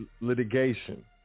litigation